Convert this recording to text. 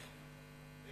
סגן